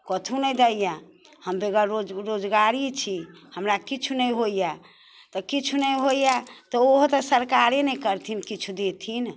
कथु नहि दै यऽ हम बेगर रोज रोजगारी छी हमरा किछु नहि होइए तऽ किछु ने होइए तऽ ओहो तऽ सरकारे ने करथिन किछु देथिन